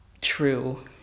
true